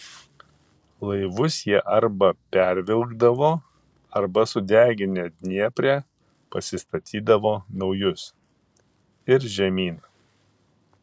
laivus jie arba pervilkdavo arba sudeginę dniepre pasistatydavo naujus ir žemyn